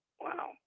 wow